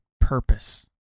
purpose